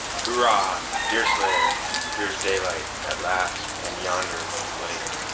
hurrah! deerslayer here is daylight, at last, and yonder is the lake.